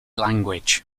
language